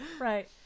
Right